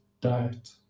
diet